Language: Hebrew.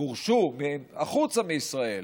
גורשו החוצה מישראל